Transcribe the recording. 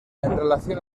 relación